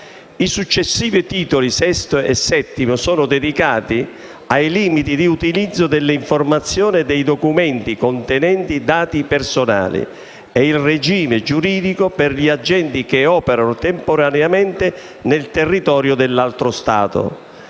I successivi titoli VI e VII sono dedicati ai limiti di utilizzo delle informazioni e dei documenti contenenti dati personali, e al regime giuridico per gli agenti che operano temporaneamente nel territorio dell'altro Stato.